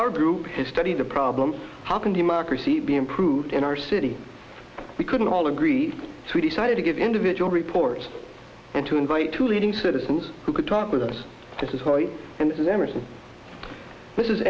our group has studied the problem how can democracy be improved in our city we couldn't all agree to decided to give individual report and to invite two leading citizens who could talk with us this is why and this is